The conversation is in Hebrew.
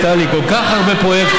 טלי, יש כל כך הרבה פרויקטים.